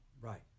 Right